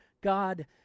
God